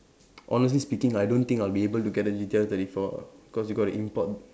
honestly speaking I don't think I'll be able to get a G_T_R thirty four cause you got to import